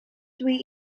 dwi